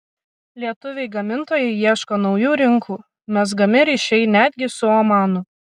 lietuviai gamintojai ieško naujų rinkų mezgami ryšiai netgi su omanu